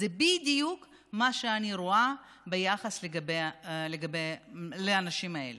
זה בדיוק מה שאני רואה ביחס לאנשים האלה.